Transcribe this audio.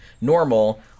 normal